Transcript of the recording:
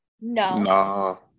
No